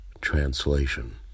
Translation